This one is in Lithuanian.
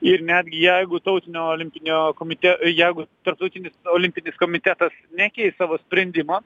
ir netgi jeigu tautinio olimpinio komite jeigu tarptautinis olimpinis komitetas nekeis savo sprendimo